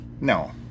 no